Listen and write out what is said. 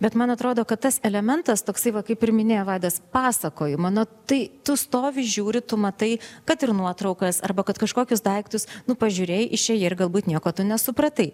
bet man atrodo kad tas elementas toksai va kaip ir minėjo vaidas pasakojimo na tai tu stovi žiūri tu matai kad ir nuotraukas arba kad kažkokius daiktus nu pažiūrėjai išėjai ir galbūt nieko tu nesupratai